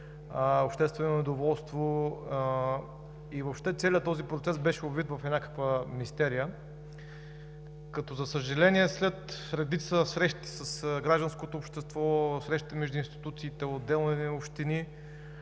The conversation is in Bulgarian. обществено недоволство и въобще целият процес беше обвит в някаква мистерия. За съжаление, след редица срещи с гражданското общество, срещи между институциите, отделни общини,